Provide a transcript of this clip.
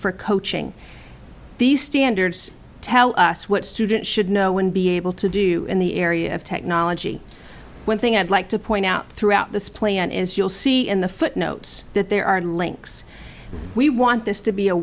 for coaching these standards tell us what students should know and be able to do in the area of technology one thing i'd like to point out throughout this plan is you'll see in the footnotes that there are links we want this to be a